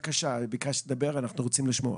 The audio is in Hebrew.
ביקשת לדבר, אנחנו רוצים לשמוע.